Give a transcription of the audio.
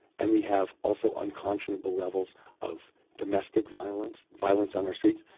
and we have also unconscionable levels of domestic violence, violence on our streets,